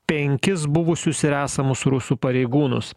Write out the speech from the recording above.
penkis buvusius ir esamus rusų pareigūnus